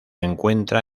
encuentra